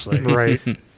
right